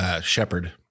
Shepard